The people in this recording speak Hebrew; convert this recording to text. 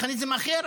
מכניזם אחר,